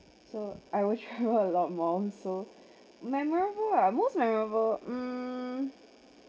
so I will travel a lot more so memorable ah most memorable mm